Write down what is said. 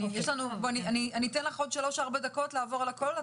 אני אתן לך עוד שלוש-ארבע דקות לעבור על הכול.